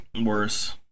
Worse